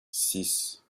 six